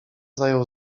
zajął